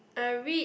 I read